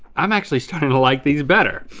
i'm actually starting to like these better.